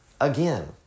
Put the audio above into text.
again